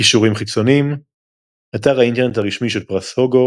קישורים חיצוניים אתר האינטרנט הרשמי של פרס הוגו